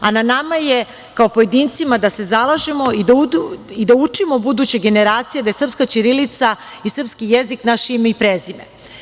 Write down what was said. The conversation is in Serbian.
A na nama je kao pojedincima da se zalažemo i da učimo buduće generacije da je srpska ćirilica i srpski jezik naše ime i prezime.